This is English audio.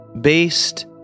based